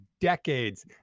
decades